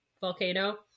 volcano